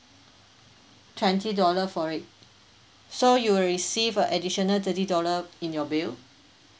twenty dollar for it so you'll receive a additional thirty dollar in your bill